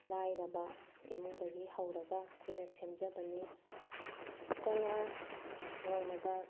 ꯂꯥꯏꯔꯕ ꯏꯃꯨꯡꯗꯒꯤ ꯍꯧꯔꯒ ꯑꯩꯈꯣꯏꯅ ꯁꯦꯝꯖꯕꯅꯤ ꯑꯩꯈꯣꯏꯅ ꯅꯣꯡꯃꯗ